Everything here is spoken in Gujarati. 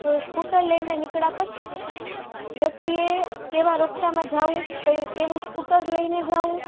તો એ સ્કૂટર લઈને નીકળ્યા પછી વ્યક્તિએ કેવા રસ્તામાં જાવું કયું કેવું સ્કૂટર લઈને જાવું